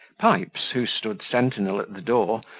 pipes, who stood sentinel at the door,